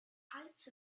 height